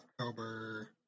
October